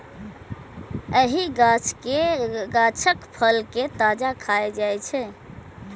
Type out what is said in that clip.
एहि गाछक फल कें ताजा खाएल जाइ छै